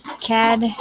CAD